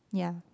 yeah